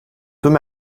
tüm